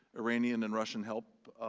iranian and russian help,